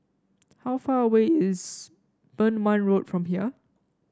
how far away is Beng Wan Road from here